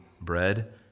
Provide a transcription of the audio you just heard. bread